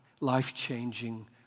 life-changing